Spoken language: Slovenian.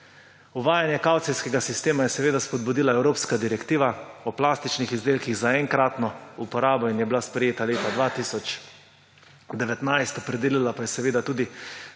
Uvajanje kavcijskega sistema je seveda spodbudila Evropska direktiva o plastičnih izdelkih za enkratno uporabo in je bila sprejeta leta 2019, opredelila pa je tudi